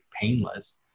painless